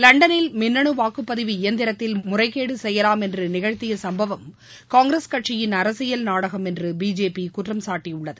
லண்டனில் மின்னனு வாக்குப்பதிவு இயந்திரத்தில் முறைகேடு செய்யலாம் என்று நிகழ்த்திய சம்பவம் காங்கிரஸ் கட்சியின் அரசியல் நாடகம் என்று பிஜேபி குற்றம்சாட்டியுள்ளது